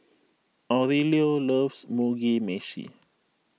Aurelio loves Mugi Meshi